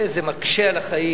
זה מקשה את החיים.